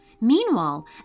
Meanwhile